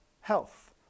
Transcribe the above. health